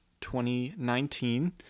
2019